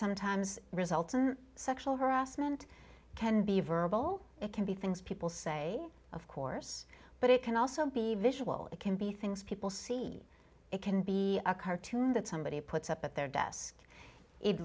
sometimes results in sexual harassment can be verbal it can be things people say of course but it can also be visual it can be things people see it can be a cartoon that somebody puts up at their desk it